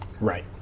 Right